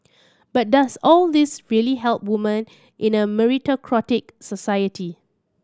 but does all this really help women in a meritocratic society